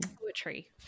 poetry